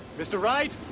mr. wright?